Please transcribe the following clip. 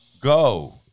go